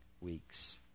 weeks